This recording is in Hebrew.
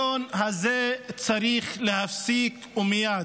צריך להפסיק ומייד.